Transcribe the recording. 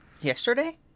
Yesterday